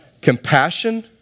Compassion